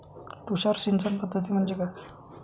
तुषार सिंचन पद्धती म्हणजे काय?